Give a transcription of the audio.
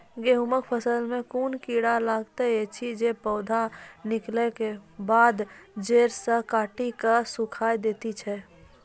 गेहूँमक फसल मे कून कीड़ा लागतै ऐछि जे पौधा निकलै केबाद जैर सऽ काटि कऽ सूखे दैति छै?